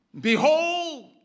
Behold